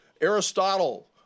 Aristotle